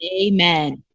Amen